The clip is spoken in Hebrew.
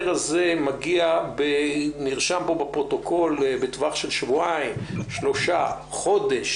נרשם בפרוטוקול שתוך שבועיים-שלושה או חודש,